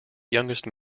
youngest